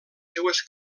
seues